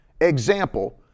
example